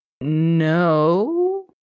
No